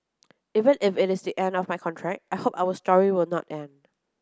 even if it is the end of my contract I hope our story will not end